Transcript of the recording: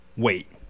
Wait